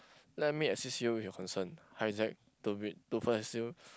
let me assist you with your concern to to facile